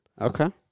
Okay